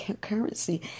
currency